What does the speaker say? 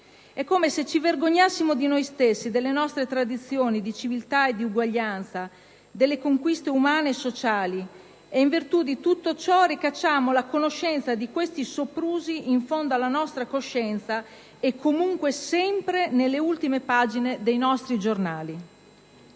È come se ci si vergognasse di noi stessi, delle nostre tradizioni di civiltà ed uguaglianza, delle conquiste umane e sociali, e quindi ricacciamo la conoscenza di questi soprusi in fondo alla nostra coscienza, e comunque sempre nelle ultime pagine dei nostri quotidiani.